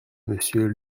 monsieur